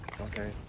Okay